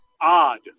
odd